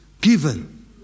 given